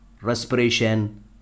respiration